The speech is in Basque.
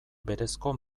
berezko